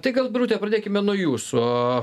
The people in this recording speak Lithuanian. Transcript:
tai gal birute pradėkime nuo jūsų